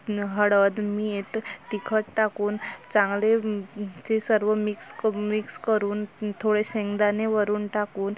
हळद मीठ तिखट टाकून चांगले ते सर्व मिक्स करून मिक्स करून थोडे शेंगदाणे वरून टाकून